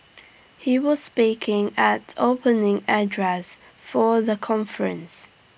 he was speaking at opening address for the conference